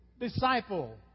disciple